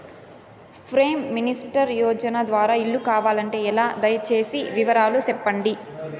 Prime minister యోజన ద్వారా ఇల్లు కావాలంటే ఎలా? దయ సేసి వివరాలు సెప్పండి?